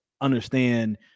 understand